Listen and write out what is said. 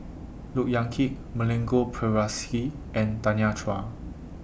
Look Yan Kit Milenko Prvacki and Tanya Chua